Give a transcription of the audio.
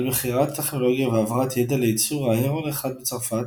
על מכירת טכנולוגיה והעברת ידע לייצור ה"הרון 1" בצרפת,